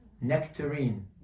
Nectarine